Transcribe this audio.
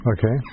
Okay